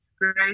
great